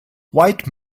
white